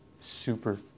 Super